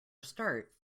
start